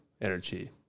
energy